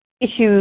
issues